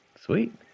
sweet